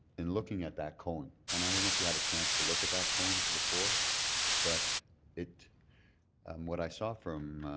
and looking at that cone and i don't know if you had a chance to look at that cone before but it what i saw from